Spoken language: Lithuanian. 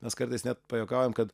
mes kartais net pajuokaujam kad